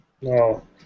No